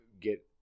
Get